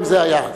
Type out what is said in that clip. זה היה,